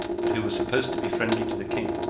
but who was supposed to be friendly to the king.